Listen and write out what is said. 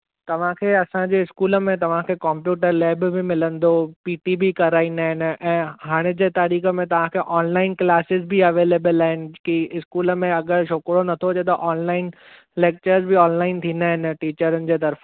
तव्हांखे असांजे स्कूल में तव्हांखे कंप्यूटर लैब बि मिलंदो पी टी बि कराईंदा आहिनि ऐं हाणे जे तारीख़ में तव्हांखे ऑनलाइन क्लासेस बि अवेलेबल आहिनि कि स्कूल में अगरि छोकरो नथो अचे त ऑनलाइन लेक्चर बि ऑनलाइन थींदा आहिनि टीचरनि जे तरफ़ां